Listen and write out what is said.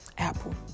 apple